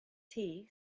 tea